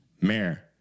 mayor